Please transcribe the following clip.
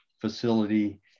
facility